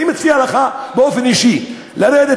אני מציע לך באופן אישי לרדת,